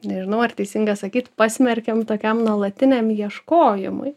nežinau ar teisinga sakyti pasmerkėm tokiam nuolatiniam ieškojimui